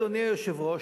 אדוני היושב-ראש,